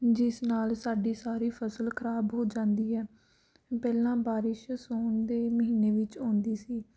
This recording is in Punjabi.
ਜਿਸ ਨਾਲ ਸਾਡੀ ਸਾਰੀ ਫਸਲ ਖਰਾਬ ਹੋ ਜਾਂਦੀ ਹੈ ਪਹਿਲਾਂ ਬਾਰਿਸ਼ ਸੋਣ ਦੇ ਮਹੀਨੇ ਵਿੱਚ ਆਉਂਦੀ ਸੀ